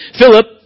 Philip